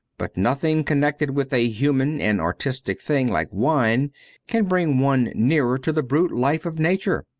but nothing connected with a human and artistic thing like wine can bring one nearer to the brute life of nature.